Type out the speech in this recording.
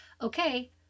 okay